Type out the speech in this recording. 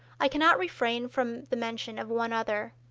i cannot refrain from the mention of one other,